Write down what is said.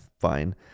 fine